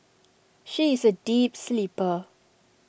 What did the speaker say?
she is A deep sleeper